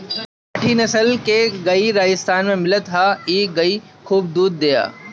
राठी नसल के गाई राजस्थान में मिलत हअ इ गाई खूब दूध देत हवे